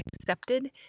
accepted